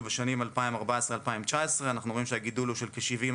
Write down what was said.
בשנים 2014 עד 2019. אנחנו רואים שהגידול הוא של כ-70%,